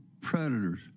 predators